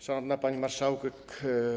Szanowna Pani Marszałek!